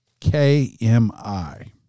KMI